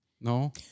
No